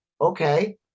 Okay